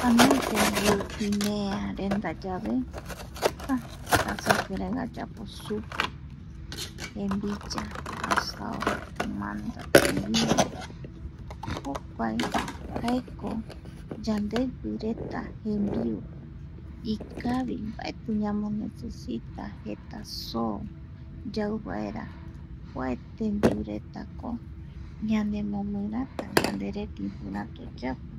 Anoi tembiu imeareta yave tätä sekireiï ayapo supi, jembiya asao kumanda tembiu jokua jaeko yandeipireta jembiu ikavi mbaeti ñamonecesita jeta soo yau vaera kua tembiuretako ñanemomirata yanderete ipïräta oyapo.